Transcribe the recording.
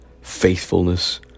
faithfulness